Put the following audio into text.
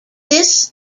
this